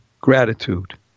gratitude